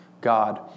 God